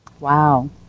Wow